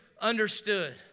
understood